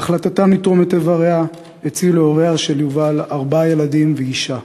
בהחלטתם לתרום את איבריה הצילו הוריה של יובל ארבעה ילדים ואישה.